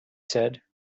said